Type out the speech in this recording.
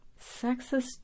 sexist